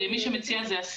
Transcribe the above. השר הוא שמציע.